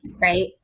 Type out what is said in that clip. right